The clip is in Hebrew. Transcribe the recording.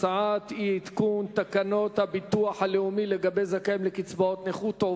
ההצעה אי-עדכון תקנות הביטוח הלאומי לגבי זכאים לקצבאות נכות,